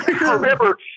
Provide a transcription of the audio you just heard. Remember